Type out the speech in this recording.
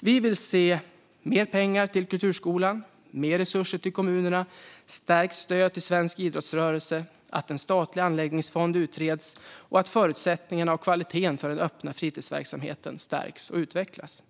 Vi vill se mer pengar till kulturskolan, mer resurser till kommunerna och stärkta stöd till svensk idrottsrörelse. Vi vill se att en statlig anläggningsfond utreds och att förutsättningarna och kvaliteten för den öppna fritidsverksamheten stärks och utvecklas.